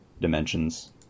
dimensions